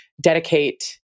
dedicate